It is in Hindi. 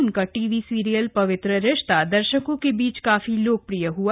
उनका टीवी सीरियल पवित्र रिश्ता दर्शकों के बीच काफी लोकप्रिय हुआ